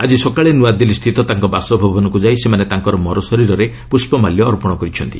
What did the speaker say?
ଆଜି ସକାଳେ ନ୍ତଆଦିଲ୍ଲୀସ୍ଥିତ ତାଙ୍କ ବାସଭବନକୁ ଯାଇ ସେମାନେ ତାଙ୍କର ମରଶରୀରରେ ପୁଷ୍ପମାଲ୍ୟ ଅର୍ପଣ କରିଛନ୍ତି